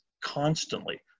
constantly